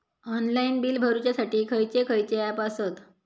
Online bill भरुच्यासाठी खयचे खयचे ऍप आसत?